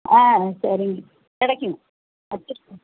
ஆ சரிங்க கிடைக்கும் வெச்சுருக்கேன்